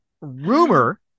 Rumor